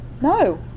No